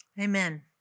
Amen